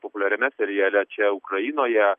populiariame seriale čia ukrainoje